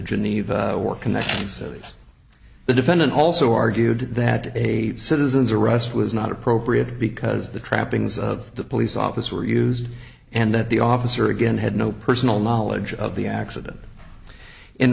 geneva or connections that the defendant also argued that a citizen's arrest was not appropriate because the trappings of the police office were used and that the officer again had no personal knowledge of the accident in